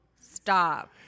Stop